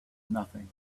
nothing